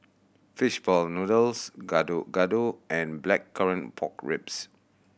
fish ball noodles Gado Gado and Blackcurrant Pork Ribs